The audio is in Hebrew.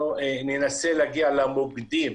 אנחנו ננסה להגיע למוקדים,